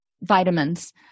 vitamins